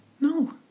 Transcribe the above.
No